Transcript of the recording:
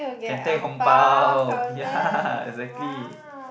can take 红包 ya exactly